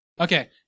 Okay